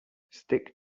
stick